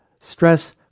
stress